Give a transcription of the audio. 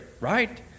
Right